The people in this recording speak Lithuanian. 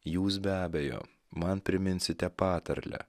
jūs be abejo man priminsite patarlę